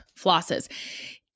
flosses